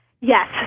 Yes